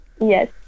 Yes